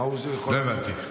מה הוא יכול לענות?